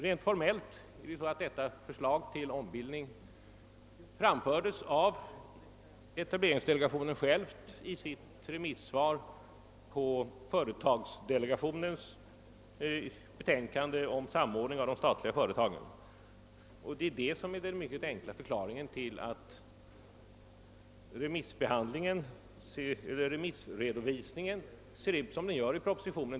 Rent formellt ligger det så till att förslaget till ombildning av etableringsdelegationen framfördes av delegationen själv i dess remissvar på företagsdelegationens betänkande om samordning av de statliga företagen. Det är detta som är den mycket enkla förklaringen till att remissredovisningen ser ut som den gör i propositionen.